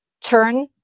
turn